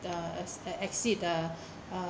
uh exceed uh uh